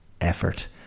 effort